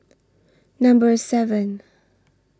Number seven